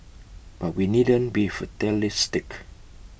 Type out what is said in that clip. but we needn't be fatalistic